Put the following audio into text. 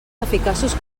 eficaços